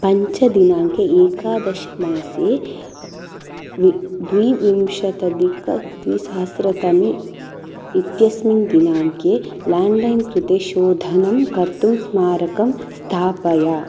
पञ्चमदिनाङ्के एकादशमासे द्वाविंशत्यधिकद्विसहस्रतमे इत्यस्मिन् दिनाङ्के लेण्ड् लैन् कृते शोधनं कर्तुं स्मारकं स्थापय